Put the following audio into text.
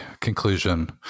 conclusion